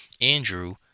Andrew